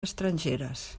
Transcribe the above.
estrangeres